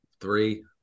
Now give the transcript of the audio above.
three